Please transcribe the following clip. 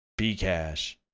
Bcash